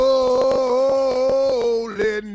Holy